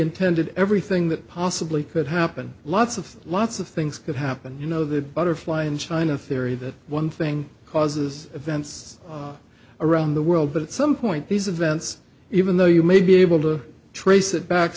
intended everything that possibly could happen lots of lots of things could happen you know the butterfly in china theory that one thing causes events around the world but at some point these events even though you may be able to trace it back